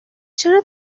چرا